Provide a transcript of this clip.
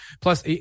Plus